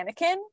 Anakin